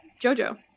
Jojo